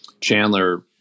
Chandler